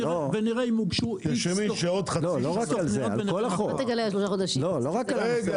לא רק על הנושא הזה,